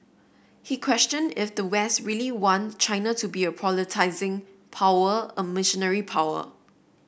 he questioned if the West really want China to be a proselytising power a missionary power